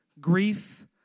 Grief